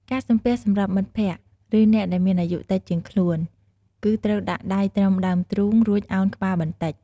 ការសំពះសម្រាប់មិត្តភ័ក្តិ ឬអ្នកដែលមានអាយុតិចជាងខ្លួន គឺត្រូវដាក់ដៃត្រឹមដើមទ្រូង រួចឱនក្បាលបន្តិច។